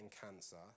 cancer